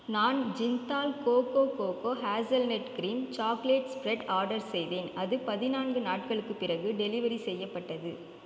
நான் Jindal cocoa cocoa hazelnut cream chocolate spread order செய்தேன் அது பதினான்கு நாட்களுக்குப் பிறகு டெலிவெரி செய்யப்பட்டது